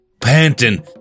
panting